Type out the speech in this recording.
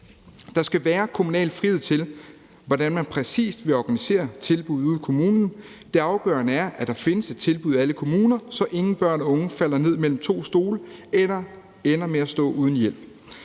Der skal være kommunal frihed, med hensyn til hvordan man præcis vil organisere tilbuddet ude i kommunerne. Det afgørende er, at der findes et tilbud i alle kommuner, så ingen børn og unge falder ned mellem to stole eller ender med at stå uden hjælp.